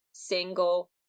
single